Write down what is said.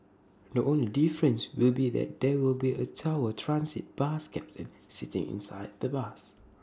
the only difference will be that there will be A tower transit bus captain sitting inside the bus